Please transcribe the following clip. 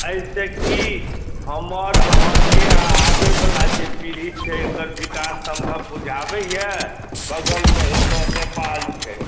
एहिसे की हमर अहाँके आबै वाला जे पीढ़ी छै तेकर विकास सम्भव बुझाबै यऽ बगलमे नेपाल छै